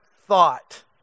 thought